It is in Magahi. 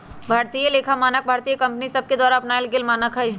भारतीय लेखा मानक भारतीय कंपनि सभके द्वारा अपनाएल गेल मानक हइ